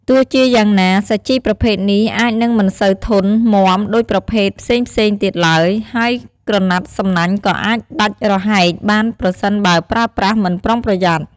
ទោះជាយ៉ាងណា សាជីប្រភេទនេះអាចនឹងមិនសូវធន់មាំដូចប្រភេទផ្សេងៗទៀតឡើយ ហើយក្រណាត់សំណាញ់ក៏អាចដាច់រហែកបានប្រសិនបើប្រើប្រាស់មិនប្រុងប្រយ័ត្ន។